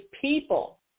people